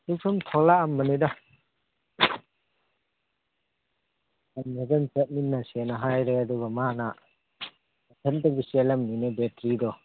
ꯁꯨꯝ ꯊꯣꯛꯂꯛꯑꯝꯕꯅꯤꯗ ꯉꯟꯅ ꯑꯗꯨꯝ ꯆꯠꯃꯤꯟꯅꯁꯦꯅ ꯍꯥꯏꯔꯦ ꯑꯗꯨꯒ ꯃꯥꯅ ꯏꯊꯟꯇꯕꯨ ꯆꯦꯜꯂꯝꯃꯤꯅꯦ ꯕꯦꯇ꯭ꯔꯤꯗꯣ